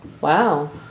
Wow